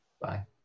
Bye